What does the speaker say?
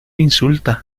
insulta